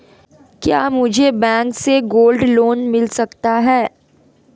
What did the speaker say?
क्या मुझे बैंक से गोल्ड लोंन मिल सकता है?